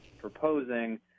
proposing